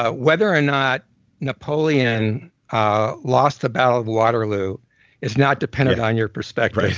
ah whether or not napoleon ah lost the battle of waterloo is not dependent on your perspective.